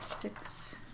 Six